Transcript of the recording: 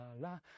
la